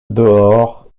dehors